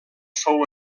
fou